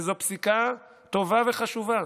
זו פסיקה טובה וחשובה.